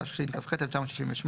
התשכ"ח-1968,